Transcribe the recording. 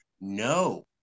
no